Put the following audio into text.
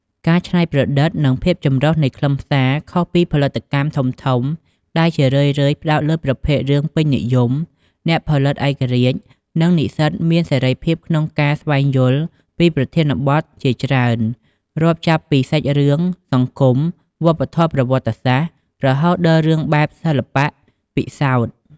ការច្នៃប្រឌិត និងភាពចម្រុះនៃខ្លឹមសារ ខុសពីផលិតកម្មធំៗដែលជារឿយៗផ្ដោតលើប្រភេទរឿងពេញនិយម អ្នកផលិតឯករាជ្យ និងនិស្សិតមានសេរីភាពក្នុងការស្វែងយល់ពីប្រធានបទជាច្រើន រាប់ចាប់ពីសាច់រឿងសង្គម វប្បធម៌ ប្រវត្តិសាស្ត្រ រហូតដល់រឿងបែបសិល្បៈពិសោធន៍។